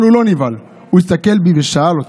הוא לא נבהל, הוא הסתכל בי ושאל אותי: